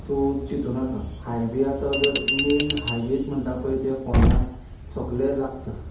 तूं चितूं नाका हायवे आतां जर मेन हायवेज म्हणटा पळय त्या फोण्या सगले लागता